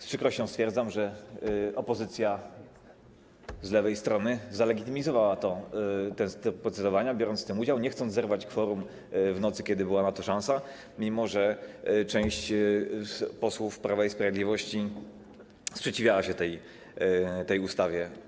Z przykrością stwierdzam, że opozycja z lewej strony zalegitymizowała ten tryb procedowania, biorąc w tym udział, nie chcąc zerwać kworum w nocy, kiedy była na to szansa, mimo że część posłów Prawa i Sprawiedliwości sprzeciwiała się tej ustawie.